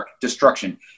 destruction